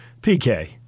PK